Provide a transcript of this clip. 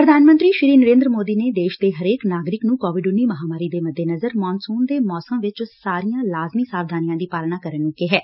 ਪ੍ਰਧਾਨ ਮੰਤਰੀ ਨਰੇਂਦਰ ਮੋਦੀ ਨੇ ਦੇਸ਼ ਦੇ ਹਰੇਕ ਨਾਗਰਿਕ ਨੂੰ ਕੋਵਿਡ ਮਹਾਂਮਾਰੀ ਦੇ ਮੱਦੇਨਜ਼ਰ ਮੋਨਸੁਨ ਦੇ ਮੌਸਮ ਚ ਸਾਰੀਆਂ ਲਾਜ਼ਮੀ ਸਾਵਧਾਨੀਆਂ ਦੀ ਪਾਲਣਾ ਕਰਨ ਨੰ ਕਿਹੈ